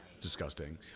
Disgusting